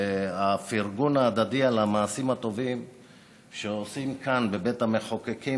הפרגון ההדדי על המעשים הטובים שעושים כאן בבית המחוקקים